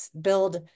build